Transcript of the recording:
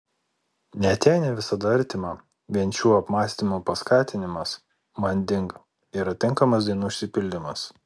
net jei ne visada artima vien šių apmąstymų paskatinimas manding yra tinkamas dainų išsipildymas